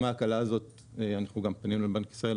אנחנו גם פנינו לבנק ישראל,